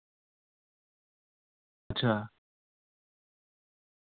अच्छा